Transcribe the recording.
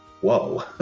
whoa